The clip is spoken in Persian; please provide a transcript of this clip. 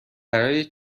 برای